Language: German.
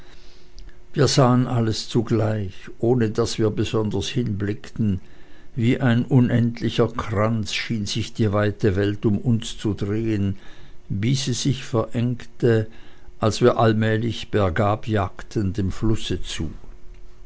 wir sahen alles zugleich ohne daß wir besonders hinblickten wie ein unendlicher kranz schien sich die weite welt um uns zu drehen bis sie sich verengte als wir allmählich bergab jagten dem flusse zu